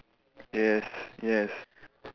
yes yes